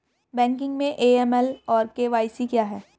Banking में AML और KYC क्या हैं?